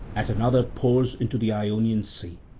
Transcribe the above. at another pours into the ionian sea,